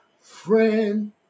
friend